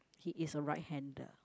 he is a right handed